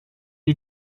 you